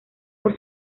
por